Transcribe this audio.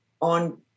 on